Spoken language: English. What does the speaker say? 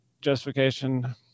justification